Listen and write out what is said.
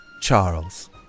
Charles